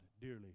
dearly